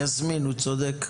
יסמין הוא צודק.